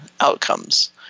outcomes